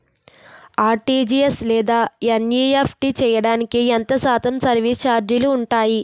RTGS లేదా NEFT చేయడానికి ఎంత శాతం సర్విస్ ఛార్జీలు ఉంటాయి?